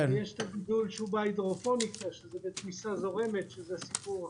יש את הגידול שהוא בהידרופוני, שזה סיפור אחר.